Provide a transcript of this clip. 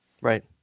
Right